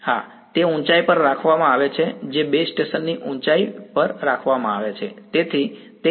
હા તે ઊંચાઈ પર રાખવામાં આવે છે જે બેઝ સ્ટેશનની ઊંચાઈ પર રાખવામાં આવે છે